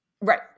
Right